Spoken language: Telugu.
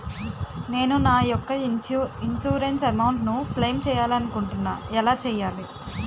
నేను నా యెక్క ఇన్సురెన్స్ అమౌంట్ ను క్లైమ్ చేయాలనుకుంటున్నా ఎలా చేయాలి?